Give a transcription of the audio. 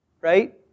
right